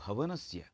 भवनस्य